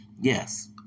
Yes